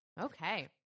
Okay